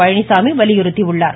பழனிச்சாமி வலியுறுத்தியுள்ளார்